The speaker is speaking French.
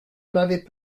m’avez